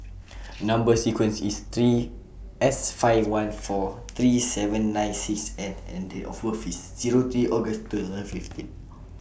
Number sequence IS three S five one four three seven nine six N and Date of birth IS Zero three August Third fifteen